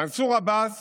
מנסור עבאס